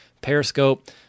Periscope